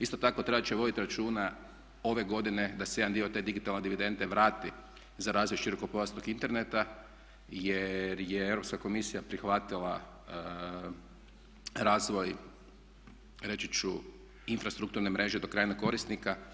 Isto tako, trebat će vodit računa ove godine da se jedan dio te digitalne dividende vrati za razvoj širokopojasnog interneta, jer je Europska komisija prihvatila razvoj reći ću infrastrukturne mreže do krajnjeg korisnika.